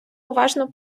уважно